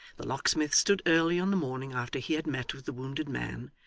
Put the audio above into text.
the locksmith stood early on the morning after he had met with the wounded man,